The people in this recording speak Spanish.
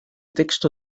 texto